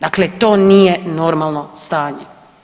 Dakle, to nije normalno stanje.